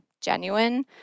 genuine